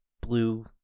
blue